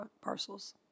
parcels